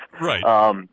Right